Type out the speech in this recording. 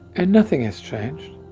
and nothing has changed.